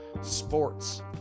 sports